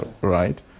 right